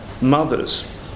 mothers